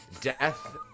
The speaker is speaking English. death